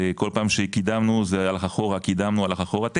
וכל פעם שקידמנו הלך אחורה, וחוזר חלילה.